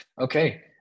Okay